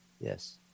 Yes